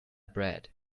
bread